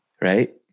right